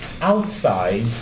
outside